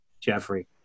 Jeffrey